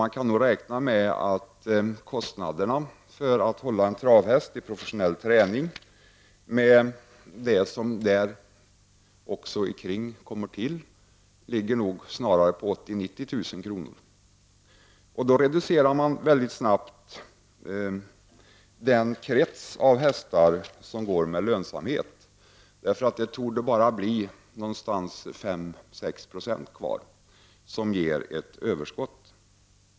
Man får nog räkna med att kostnaderna för att hålla trävhäst i professionell träning snarare kommer att uppgå till mellan 80 000 och 90 000 kr. Därigenom reduceras mycket snabbt den krets av hästar som är lönsamma. Det torde bara bli 5-6 70 av hästarna som ger ett överskott.